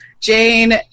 Jane